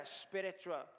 spiritual